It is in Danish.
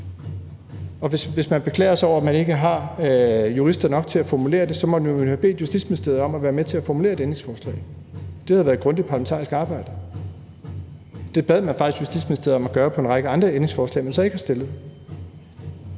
Hvis man beklager sig over, at man ikke har jurister nok til at formulere det, måtte man jo have bedt Justitsministeriet om at være med til at formulere et ændringsforslag. Det havde været grundigt parlamentarisk arbejde. Det bad man faktisk Justitsministeriet om at gøre på en række andre ændringsforslag, man så ikke har stillet.